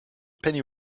penny